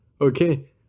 Okay